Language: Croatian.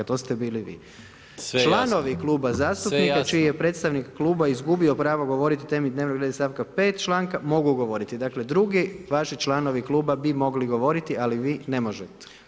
To ste bili vi [[Upadica Maras: Sve je jasno.]] Članovi kluba zastupnika čiji je predstavnik kluba izgubio pravo govoriti o temi dnevnog reda iz stavka 5. članka, mogu govoriti, dakle drugi vaši članovi kluba bi mogli govoriti ali vi ne možete.